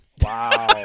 Wow